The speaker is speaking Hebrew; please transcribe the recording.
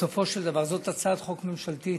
בסופו של דבר, זאת הצעת חוק ממשלתית,